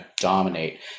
dominate